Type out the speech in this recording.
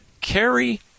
Carry